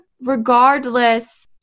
regardless